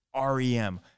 REM